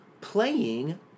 playing